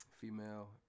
female